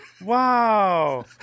Wow